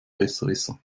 besserwisser